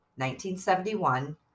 1971